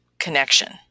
connection